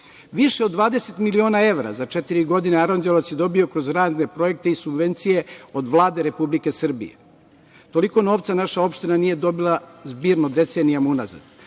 od 20 miliona evra za četiri godine Aranđelovac je dobio kroz razne projekte i subvencije od Vlade Republike Srbije. Toliko naša opština nije dobila zbirno decenijama